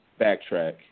backtrack